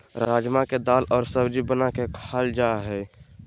राजमा के दाल और सब्जी बना के खाल जा हइ